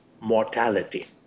mortality